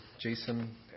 Jason